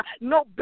no